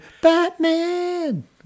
Batman